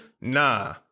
nah